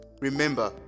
Remember